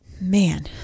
man